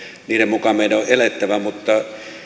niiden mukaan meidän on on elettävä mutta